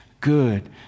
good